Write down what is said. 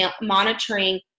monitoring